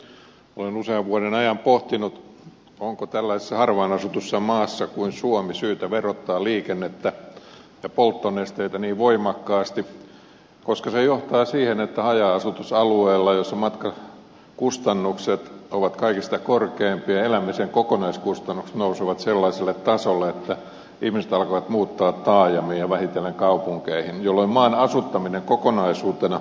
olen usean vuoden ajan pohtinut onko tällaisessa harvaan asutussa maassa kuin suomi syytä verottaa liikennettä ja polttonesteitä niin voimakkaasti koska se johtaa siihen että haja asutusalueella jolla matkakustannukset ovat kaikista korkeimpia elämisen kokonaiskustannukset nousevat sellaiselle tasolle että ihmiset alkavat muuttaa taajamiin ja vähitellen kaupunkeihin jolloin maan asuttaminen kokonaisuutena vaikeutuu